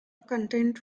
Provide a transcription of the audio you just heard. content